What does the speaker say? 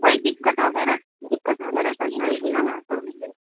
کوئی دقت وغیرہ دقت وغیرہ تو نہیں ہو گی نا وہاں پر مجھے